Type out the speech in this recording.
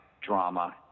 drama